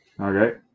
Okay